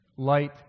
Light